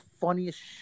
funniest